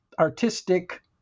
artistic